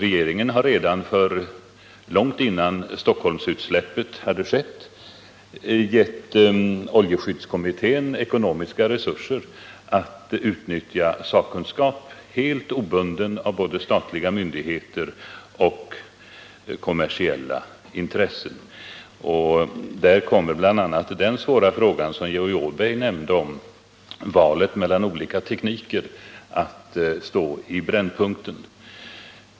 Regeringen har långt innan Stockholmsutsläppet skedde givit oljeskyddskommittén ekonomiska resurser för att utnyttja befintlig sakkunskap helt obunden av såväl statliga myndigheter som kommersiella intressen. Därvid kommer bl.a. den svåra fråga som Georg Åberg aktualiserade, nämligen ö valet mellan olika tekniker, att stå i brännpunkten.